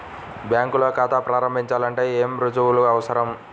బ్యాంకులో ఖాతా ప్రారంభించాలంటే ఏ రుజువులు అవసరం?